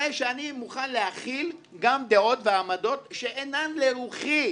הרי שאני מוכן להכיל גם דעות והעמדות שאינן לרוחי.